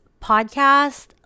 Podcast